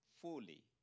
fully